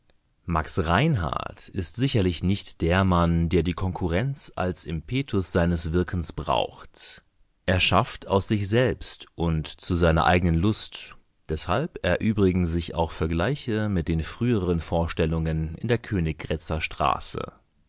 max reinhardt ist sicherlich nicht der mann der die konkurrenz als impetus seines wirkens braucht er schafft aus sich selbst und zu seiner eigenen lust deshalb erübrigen sich auch vergleiche mit den früheren vorstellungen in der königgrätzer straße